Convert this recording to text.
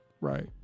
Right